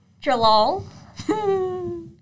Jalal